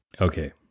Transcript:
Okay